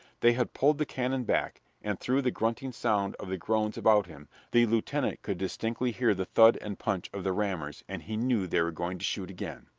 they had pulled the cannon back, and, through the grunting sound of the groans about him, the lieutenant could distinctly hear the thud and punch of the rammers, and he knew they were going to shoot again.